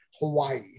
Hawaii